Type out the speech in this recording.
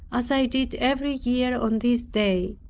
as i did every year on this day.